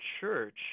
church